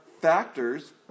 factors